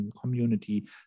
community